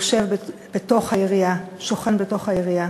שוכן בתוך היריעה.